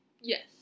Yes